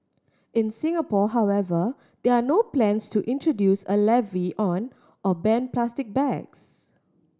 in Singapore however there are no plans to introduce a levy on or ban plastic bags